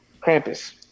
Krampus